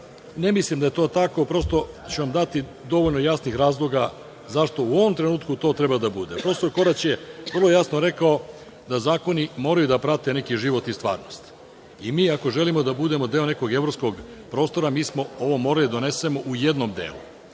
Ne mislim da je to tako. Prosto ću vam dati dovoljno jasnih razloga zašto u ovom trenutku to treba da bude. Profesor Korać je vrlo jasno rekao da zakoni moraju da prate neki život i stvarnost i mi ako želimo da budemo deo nekog evropskog prostora, mi smo ovo morali da donesemo u jednom delu